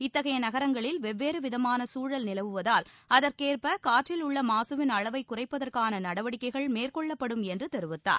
இத்தகைய நகரங்களில் வெவ்வேறு விதமான சூழல் நிலவுவதால் அதற்கேற்ப காற்றில் உள்ள மாசுவின் அளவை குறைப்பதற்கான நடவடிக்கைகள் மேற்கொள்ளப்படும் என்று தெரிவித்துள்ளார்